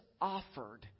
offered